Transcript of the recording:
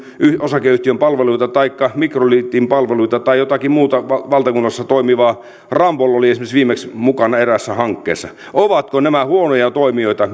osakeyhtiön palveluita taikka mikroliitin palveluita tai jotakin muuta valtakunnassa toimivaa ramboll oli esimerkiksi viimeksi mukana eräässä hankkeessa ovatko nämä huonoja toimijoita